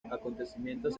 acontecimientos